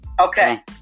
Okay